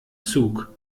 zug